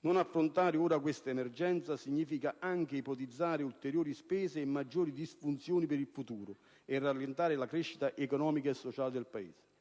Non affrontare ora questa emergenza significa anche ipotizzare ulteriori spese e maggiori disfunzioni per il futuro e rallentare la crescita economica e sociale del Paese.